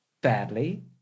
Badly